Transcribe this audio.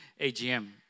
AGM